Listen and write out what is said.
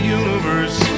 universe